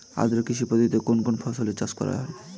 আদ্র কৃষি পদ্ধতিতে কোন কোন ফসলের চাষ করা হয়?